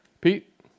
Pete